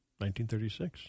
1936